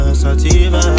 sativa